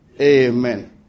Amen